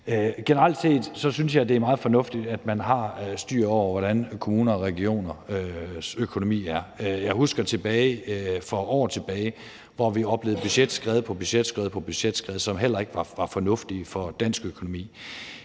Generelt set synes jeg, det er meget fornuftigt, at man har styr på, hvordan kommunernes og regionernes økonomi er. Jeg husker for år tilbage, at vi oplevede budgetskred på budgetskred, hvilket heller ikke var fornuftigt for dansk økonomi.